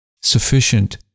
sufficient